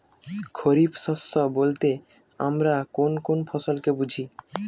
খরিফ শস্য বলতে আমরা কোন কোন ফসল কে বুঝি?